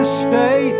stay